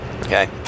Okay